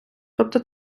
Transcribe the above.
тобто